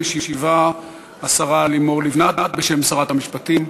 משיבה השרה לימור לבנת בשם שרת המשפטים.